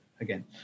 again